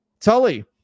Tully